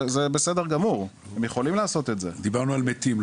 בסדר גמור --- דיברנו על מתים.